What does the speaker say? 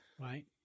right